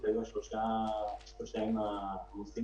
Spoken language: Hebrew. היא גם חייבת לעבוד,